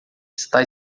está